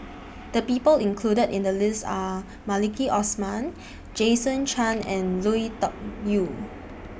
The People included in The list Are Maliki Osman Jason Chan and Lui Tuck Yew